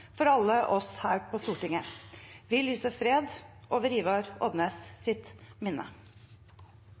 for alle oss her på Stortinget. Vi lyser fred over Ivar Odnes’ minne.